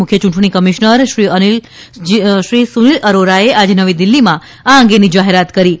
મુખ્ય યૂંટણી કમિશનર શ્રી સુનીલ અરોરાએ આજે નવી દિલ્હીમાં આ અંગેની જાહેરાત કરી છે